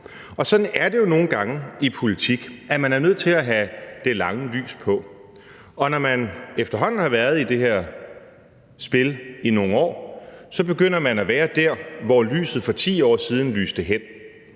Sådan er det jo nogle gange i politik: at man er nødt til at have det lange lys på, og når man efterhånden har været i det her spil i nogle år, begynder man at være der, hvor lyset for 10 år siden lyste hen,